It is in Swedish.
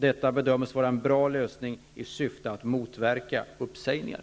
Detta bedöms vara en bra lösning i syfte att motverka uppsägningar.